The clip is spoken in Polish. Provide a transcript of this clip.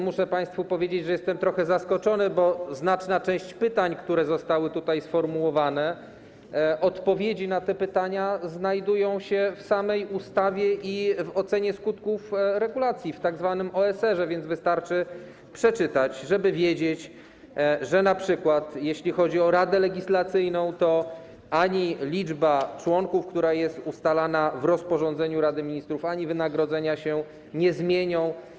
Muszę też państwu powiedzieć, że jestem również trochę zaskoczony, bo odpowiedzi na znaczną część pytań, które zostały tutaj sformułowane, znajdują się w samej ustawie i w ocenie skutków regulacji, w tzw. OSR, więc wystarczy przeczytać, żeby wiedzieć, że np. jeśli chodzi o Radę Legislacyjną, to ani liczba członków, która jest ustalana w rozporządzeniu Rady Ministrów, ani wynagrodzenia się nie zmienią.